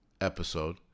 episode